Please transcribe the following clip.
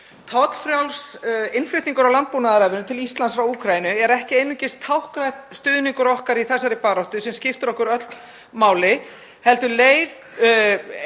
Tollfrjáls innflutningur á landbúnaðarafurðum til Íslands frá Úkraínu er ekki einungis táknrænn stuðningur okkar í þessari baráttu sem skiptir okkur öll máli heldur ein